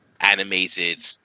animated